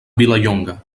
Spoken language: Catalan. vilallonga